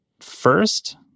first